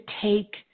take